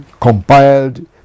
compiled